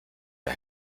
der